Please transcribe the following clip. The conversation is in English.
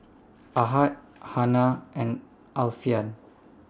Ahad Hana and Alfian